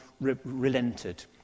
relented